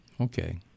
Okay